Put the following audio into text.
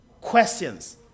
questions